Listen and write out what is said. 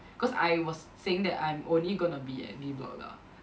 cause I was saying that I'm only going to be at B block lah